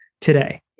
today